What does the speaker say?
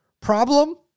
problem